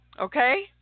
Okay